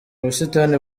busitani